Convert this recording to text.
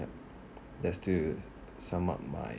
that's to sum up my